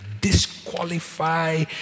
disqualify